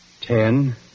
ten